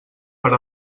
per